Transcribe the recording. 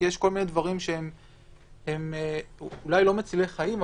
כי יש כל מיני דברים שאולי לא מצילי חיים,